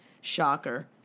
Shocker